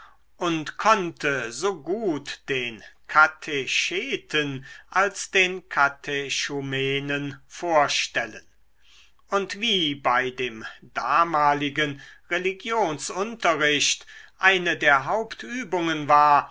und konnte so gut den katecheten als den katechumenen vorstellen und wie bei dem damaligen religionsunterricht eine der hauptübungen war